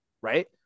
right